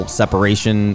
separation